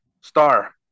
Star